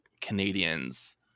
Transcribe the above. Canadians